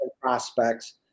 prospects